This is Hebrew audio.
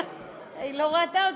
היא לא ראתה אותי.